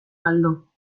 galdu